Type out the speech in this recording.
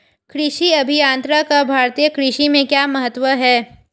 कृषि अभियंत्रण का भारतीय कृषि में क्या महत्व है?